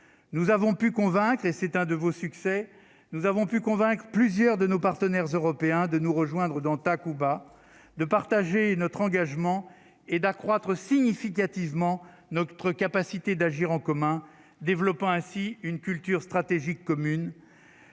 nous avons pu convaincre et c'est un de vos succès, nous avons pu convaincre plusieurs de nos partenaires européens de nous rejoindre dans Takuba de partager notre engagement est d'accroître significativement notre capacité d'agir en commun, développant ainsi une culture stratégique commune